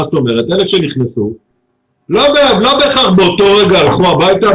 הטיסות שנכנסות לא בהכרח באותו רגע האנשים הלכו הביתה,